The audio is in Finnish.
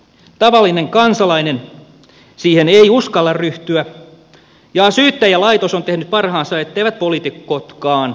tavallinen kansalainen siihen ei uskalla ryhtyä ja syyttäjälaitos on tehnyt parhaansa etteivät poliitikotkaan uskaltaisi